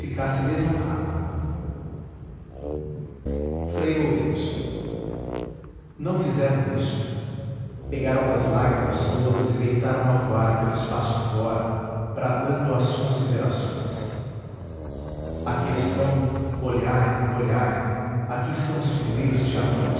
ficasse desonrada frei lourenço não fizeram isso pegaram das lágrimas todas e deitaram a voar pelo espaço fora bradando às considerações aqui estão olhai olhai aqui estão os primeiros diamantes